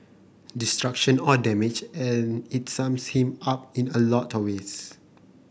destruction or damage and it sums him up in a lot of ways